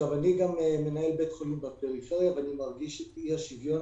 אני גם מנהל בית חולים בפריפריה ואני מרגיש את אי השוויון